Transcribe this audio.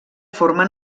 forma